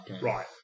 Right